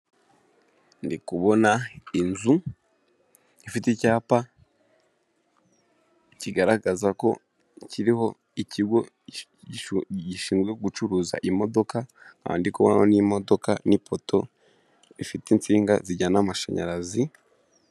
Ndi kubona inzu ifite icyapa kigaragaza ko kiriho ikigo gishinzwe gucuruza imodoka nkaba ndi kubonaho n'imodoka n'ipoto rifite insinga zijyana amashanyarazi...